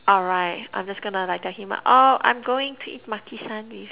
alright I'm just gonna like tell him oh I'm going to eat Makisan with